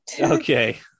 okay